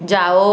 जाओ